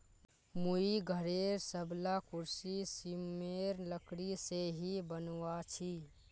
मुई घरेर सबला कुर्सी सिशमेर लकड़ी से ही बनवाल छि